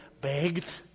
begged